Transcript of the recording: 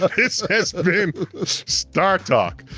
this has ah been startalk,